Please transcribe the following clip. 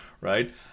right